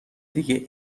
دیگه